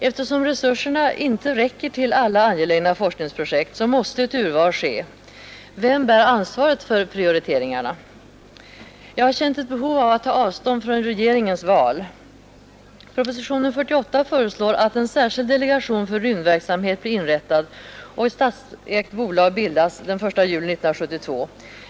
Eftersom resurserna inte räcker till alla angelägna forskningsprojekt måste ett urval ske. Vem bär ansvaret för prioriteringarna? Jag har känt ett behov av att ta avstånd från regeringens val. Propositionen 48 föreslår att en särskild delegation för rymdverksamhet blir inrättad och ett statsägt bolag bildas den 1 juli 1972.